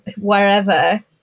wherever